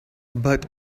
but